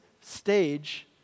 stage